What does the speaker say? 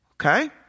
Okay